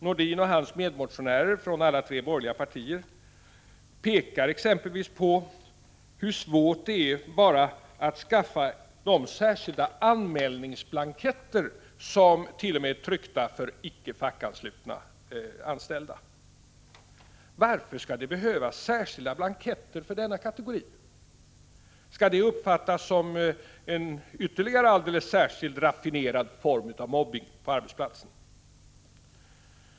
Nordin och hans medmotionärer från alla de borgerliga partierna pekar exempelvis på hur svårt det kan vara att skaffa de särskilda anmälningsblanketter som har tryckts för icke fackanslutna anställda. Varför skall det behövas särskilda blanketter för denna kategori? Skall det uppfattas som en alldeles särskilt raffinerad form av mobbning på arbetsplatserna?